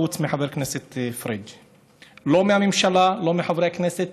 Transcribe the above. חוץ מחבר הכנסת פריג'; לא מהממשלה ולא מחברי הכנסת,